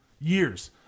Years